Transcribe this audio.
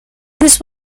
this